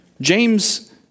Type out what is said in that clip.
James